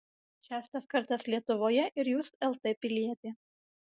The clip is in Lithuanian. šeštas kartas lietuvoje ir jūs lt pilietė